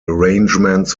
arrangements